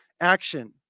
action